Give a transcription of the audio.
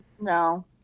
No